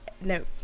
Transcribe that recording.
No